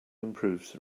improves